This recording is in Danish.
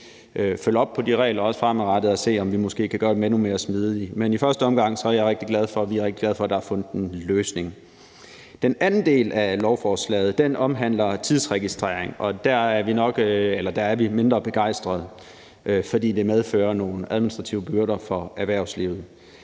følge op på de regler, også fremadrettet, og se, om vi måske kan gøre dem endnu mere smidige. Men i første omgang er vi rigtig glade for, at der er fundet en løsning. Den anden del af lovforslaget omhandler tidsregistrering, og der er vi mindre begejstrede, fordi det medfører nogle administrative byrder for erhvervslivet.